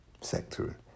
sector